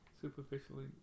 superficially